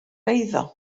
eiddo